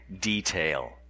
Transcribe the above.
detail